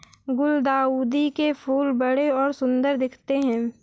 गुलदाउदी के फूल बड़े और सुंदर दिखते है